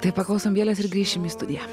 tai paklausom bjelės ir grįšim į studiją